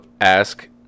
ask